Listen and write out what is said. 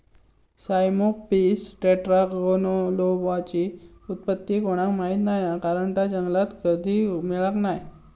Cyamopsis टेट्रागोनोलोबाची उत्पत्ती कोणाक माहीत नाय हा कारण ता जंगलात कधी मिळाक नाय